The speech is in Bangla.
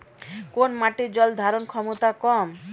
কোন মাটির জল ধারণ ক্ষমতা কম?